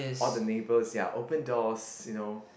all the neighbours ya open doors you know